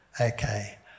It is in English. Okay